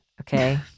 Okay